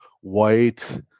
white